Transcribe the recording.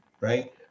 right